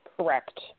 Correct